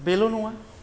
बेल' नङा